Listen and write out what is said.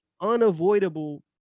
unavoidable